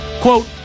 Quote